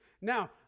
Now